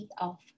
off